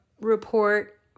report